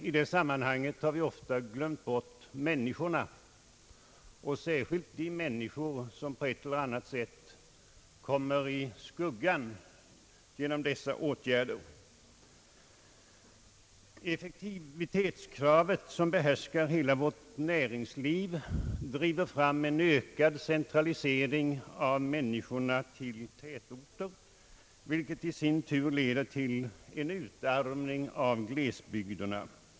I det sammanhanget har vi ofta glömt bort människorna och särskilt de människor, som på ett eller annat sätt kommer i skuggan genom dessa åtgärder. Effektivitetskravet, som behärskar hela vårt näringsliv, driver fram en ökad centralisering av människorna till tätorter, vilket i sin tur leder till en utarmning av glesbygderna.